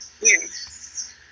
yes